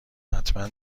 حتما